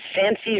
fancy